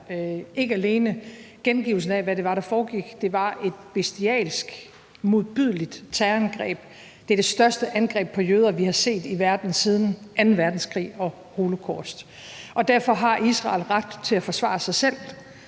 ikke alene gengivelsen af, hvad det var, der foregik, men også, at det var et bestialsk, modbydeligt terrorangreb. Det er det største angreb på jøder, vi har set i verden siden anden verdenskrig og holocaust. Derfor har Israel ret til at forsvare sig selv